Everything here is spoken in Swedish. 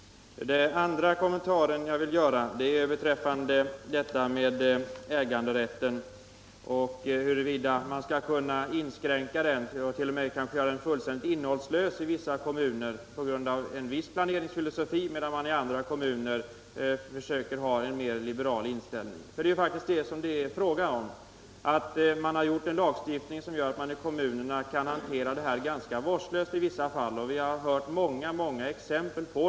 Den andra kommentaren som jag vill göra gäller frågan om äganderätten och huruvida man kan inskränka den, kanske t.o.m. göra den fullständigt innehållslös i vissa kommuner med viss planeringsfilosofi, medan man i andra kommuner försöker ha en mer liberal inställning. Det är ju faktiskt detta det är fråga om. Man har gjort en lagstiftning som gör att man i kommunerna kan hantera detta ganska vårdslöst i vissa fall. Detta har vi hört otaliga exempel på.